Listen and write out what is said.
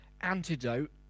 antidote